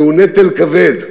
זהו נטל כבד,